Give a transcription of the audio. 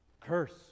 curse